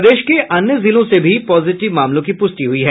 प्रदेश के अन्य जिलों से भी पॉजिटिव मामलों की पुष्टि हुई है